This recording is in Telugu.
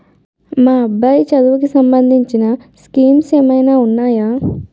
మా అబ్బాయి చదువుకి సంబందించిన స్కీమ్స్ ఏమైనా ఉన్నాయా?